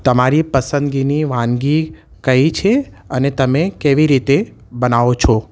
તમારી પસંદગીની વાનગી કઈ છે અને તમે કેવી રીતે બનાવો છો